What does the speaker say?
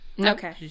Okay